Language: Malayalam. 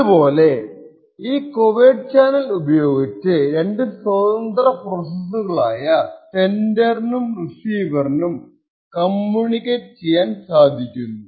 ഇതുപോലെ ഈ കൊവേർട്ട് ചാനൽ ഉപയോഗിച്ച് രണ്ടു സ്വതന്ത്ര പ്രോസ്സെസ്സുകളായ സെൻഡറിനും റിസീവറിനും കമ്മ്യൂണിക്കേറ്റ് ചെയ്യാൻ സാധിക്കുന്നു